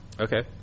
Okay